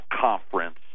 conference